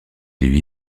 lui